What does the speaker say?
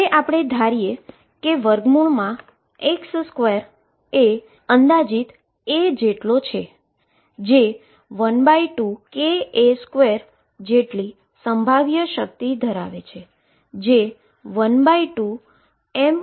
હવે આપણે ધારીએ કે ⟨x2⟩∼a છે જે 12ka2 જેટલી પોટેંશીઅલ એનર્જી ધરાવે છે